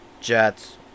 Jets